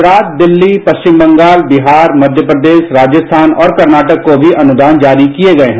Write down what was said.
गुजरात दिल्ली पश्चिम बंगाल बिहार मव्य प्रदेश राजस्थान और कर्नाटक को भी अनुदान जारी किये गये हैं